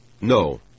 No